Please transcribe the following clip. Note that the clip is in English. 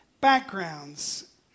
backgrounds